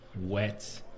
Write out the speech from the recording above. wet